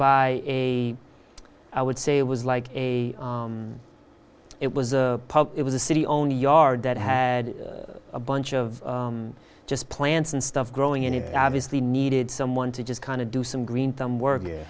by a i would say it was like a it was a it was a city only yard that had a bunch of just plants and stuff growing in it obviously needed someone to just kind of do some green thumb work